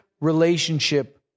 relationship